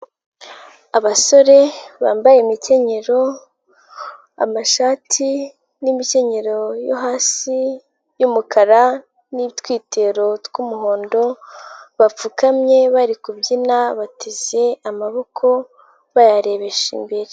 Abasore bambaye imikenyero, amashati n'imikenyerero yo hasi y'umukara n'utwitero tw'umuhondo bapfukamye bari kubyina bateze amaboko bayarebesha imbere.